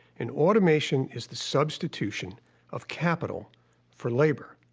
and automation is the substitution of capital for labor.